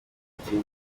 putin